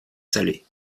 salée